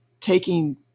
taking